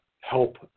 help